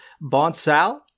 Bonsal